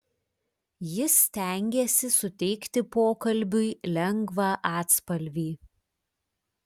jis stengėsi suteikti pokalbiui lengvą atspalvį